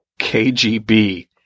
KGB